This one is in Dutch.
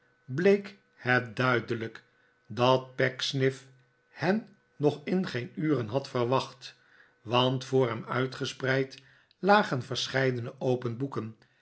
bleek het duide lijk dat pecksniff hen nog in geen uren had verwacht want voor hem uitgespreid lagen verscheidene open boeken